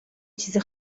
چیزی